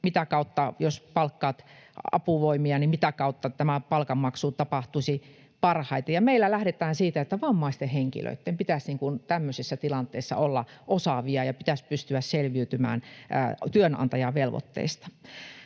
selvitään, ja jos palkkaat apuvoimia, niin mitä kautta tämä palkanmaksu tapahtuisi parhaiten — ja meillä lähdetään siitä, että vammaisten henkilöitten pitäisi tämmöisessä tilanteessa olla osaavia ja pitäisi pystyä selviytymään työnantajavelvoitteista.